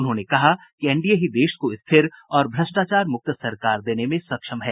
उन्होंने कहा कि एनडीए ही देश को स्थिर और भ्रष्टाचार मुक्त सरकार देने में सक्षम है